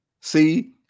See